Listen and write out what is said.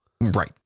Right